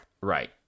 Right